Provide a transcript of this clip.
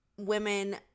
women